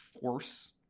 force